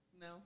No